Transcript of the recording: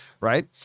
right